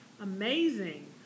Amazing